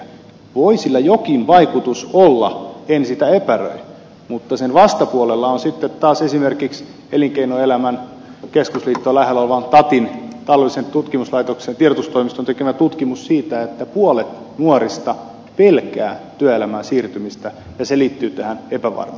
voi sillä jokin vaikutus olla en sitä epäile mutta sen vastapuolella on sitten taas esimerkiksi elinkeinoelämän keskusliittoa lähellä olevan tatin taloudellisen tiedotustoimiston tekemä tutkimus siitä että puolet nuorista pelkää työelämään siirtymistä ja se liittyy tähän epävarmuuteen